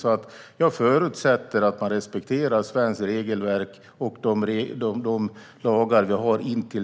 Till dess motsatsen är bevisad förutsätter jag alltså att svenska regelverk och de lagar vi har respekteras.